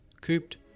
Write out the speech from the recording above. Cooped